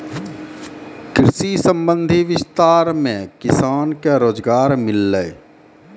कृषि संबंधी विस्तार मे किसान के रोजगार मिल्लै